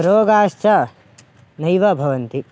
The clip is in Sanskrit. रोगाश्च नैव भवन्ति